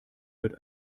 wird